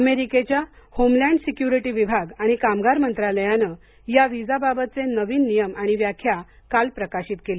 अमेरिकेच्या homeland security विभाग आणि कामगार मंत्रालयाने या व्हिसा बाबतचे नवीन नियम आणि व्याख्या काल प्रकाशित केली